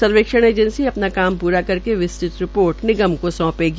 सर्वेक्षण एजेंसी अपना पूरा कर विस्तृत रिपोर्ट निगम को सौंपेगी